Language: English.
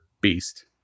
beast